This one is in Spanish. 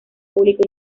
público